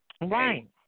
Right